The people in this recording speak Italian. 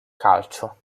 calcio